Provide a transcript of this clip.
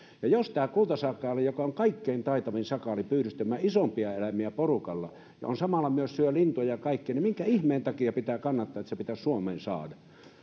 jos kultasakaali on kaikkein taitavin sakaali pyydystämään isompia eläimiä porukalla ja samalla myös syö lintuja ja kaikkea niin minkä ihmeen takia pitää kannattaa sitä että se pitäisi suomeen saada